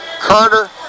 Carter